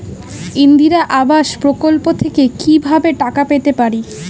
ইন্দিরা আবাস প্রকল্প থেকে কি ভাবে টাকা পেতে পারি?